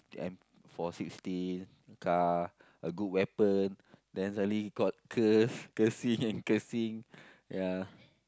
M four sixty car a good weapon then suddenly he got curse cursing and cursing ya